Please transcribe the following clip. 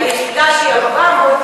היחידה שהיא 400,